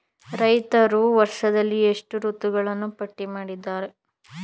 ರೈತರು ವರ್ಷದಲ್ಲಿ ಎಷ್ಟು ಋತುಗಳನ್ನು ಪಟ್ಟಿ ಮಾಡಿದ್ದಾರೆ?